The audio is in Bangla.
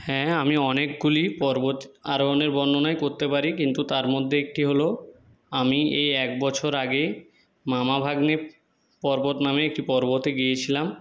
হ্যাঁ আমি অনেকগুলি পর্বত আরোহণের বর্ণনাই করতে পারি কিন্তু তার মধ্যে একটি হল আমি এই একবছর আগে মামাভাগ্নে পর্বত নামে একটি পর্বতে গিয়েছিলাম